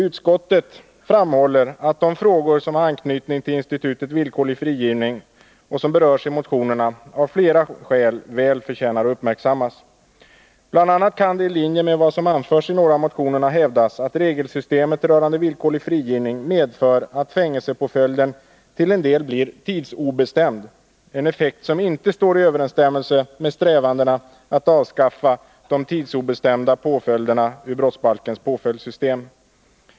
Utskottet framhåller att de frågor som har anknytning till institutet villkorlig frigivning och som berörs i motionerna av flera skäl väl förtjänar att uppmärksammas. Bl. a. kan det i linje med vad som anförs i några av motionerna hävdas att regelsystemet rörande villkorlig frigivning medför att fängelsepåföljden till en del blir tidsobestämd, en effekt som inte står i överensstämmelse med strävandena att avskaffa de tidsobestämda påföljderna ur brottsbalkens påföljdssystem.